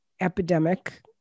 epidemic